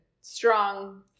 strong